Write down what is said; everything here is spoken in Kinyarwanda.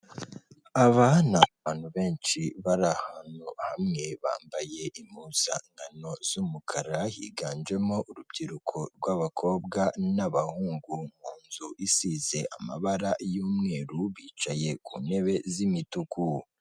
Aba ni abantu benshi bari ahantu hamwe bambaye impuzankano z'umukara, higanjemo urubyiruko rw'abakobwa n'abahungu, mu nzu isize amabara y'umweru bicaye ku ntebe z'imituku.